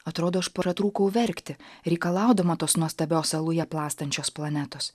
atrodo aš pratrūkau verkti reikalaudama tos nuostabios aluje plastančios planetos